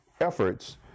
efforts